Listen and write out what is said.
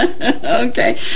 Okay